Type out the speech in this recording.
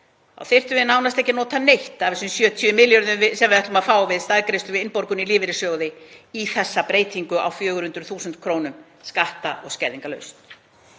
því, þyrftum við nánast ekki að nota neitt af þessum 70 milljörðum sem við ætlum að fá við staðgreiðslu við innborgun í lífeyrissjóði í þessa breytingu, þ.e. 400.000 kr. skatta- og skerðingarlaust.